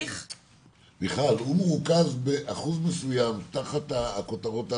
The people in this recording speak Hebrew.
מיכל, הוא מרוכז באחוז מסוים תחת הכותרות הללו.